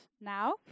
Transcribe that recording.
now